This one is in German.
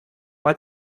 mal